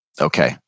Okay